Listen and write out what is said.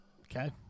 Okay